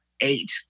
Eight